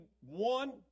one